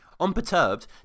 Unperturbed